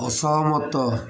ଅସହମତ